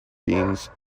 beans